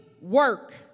work